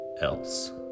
else